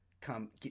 come